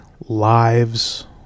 lives